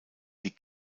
die